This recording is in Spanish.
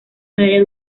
medalla